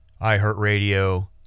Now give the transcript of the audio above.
iHeartRadio